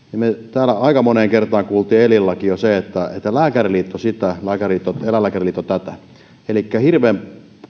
täällä aika moneen kertaan kuultiin jo eilen illallakin se että eläinlääkäriliitto sitä eläinlääkäriliitto tätä elikkä hirveän